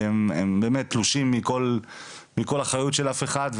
הם באמת תלושים כבר מכל אחריות של אף אחד,